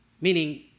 Meaning